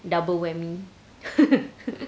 double whammy